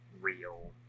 real